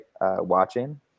watching